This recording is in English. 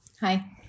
Hi